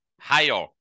higher